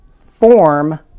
form